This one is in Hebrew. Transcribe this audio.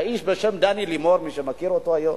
איש בשם דני לימור, מי שמכיר אותו היום,